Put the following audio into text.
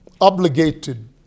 obligated